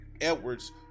Edwards